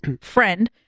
friend